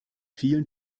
vielen